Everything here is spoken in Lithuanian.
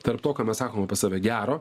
tarp to ką mes sakom apie save gero